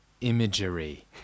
Imagery